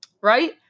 right